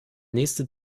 nächste